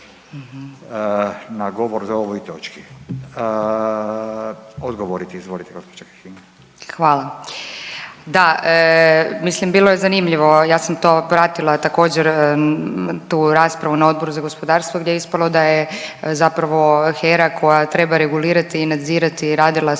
na govor za ovoj točki. Odgovorite, izvolite gospođo Kekin. **Kekin, Ivana (NL)** Hvala. Da, mislim bilo je zanimljivo ja sam to pratila također tu raspravu na Odboru za gospodarstvo gdje je ispalo da je zapravo HERA koja treba regulirati i nadzirati radila sve